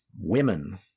women